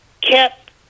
kept